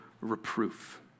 reproof